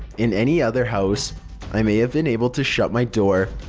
in any other house i may have been able to shut my door,